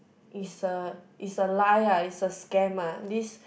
is a is a lie lah is a scam lah this